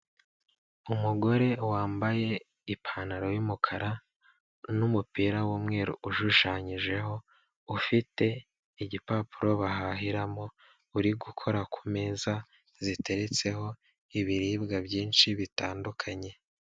Umugore wambaye ipantaro y'umukara n'umupira w'umweru ushushanyijeho, ufite igipapuro bahahiramo, uri gukora ku meza ziteretseho ibiribwa byinshi bitandukanye.